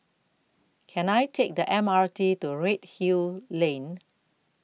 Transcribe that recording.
Can I Take The M R T to Redhill Lane